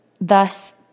Thus